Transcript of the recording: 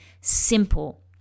simple